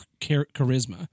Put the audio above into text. charisma